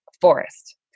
forest